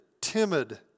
timid